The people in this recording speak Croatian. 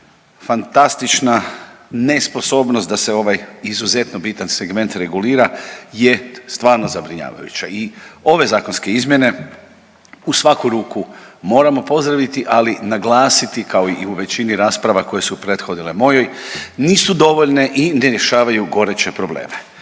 fantastična nesposobnost da se ovaj izuzetno bitan segment regulira je stvarno zabrinjavajuća. I ove zakonske izmjene u svaku ruku moramo pozdraviti, ali i naglasiti kao i u većini rasprava koje su prethodile mojoj nisu dovoljne i ne rješavaju goruće probleme.